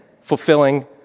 fulfilling